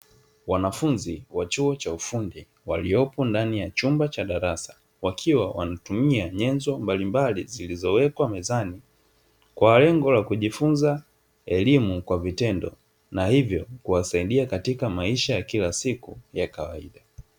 Wanafunzi wa chuo cha ufundi waliopo ndani ya chumba cha darasa wakiwa wanatumia nyenzo mbalimbali zilizowekwa mezani, kwa lengo la kujifunza elimu kwa vitendo na hivyo kuwasaidia katika maisha ya kila siku ya kawaida.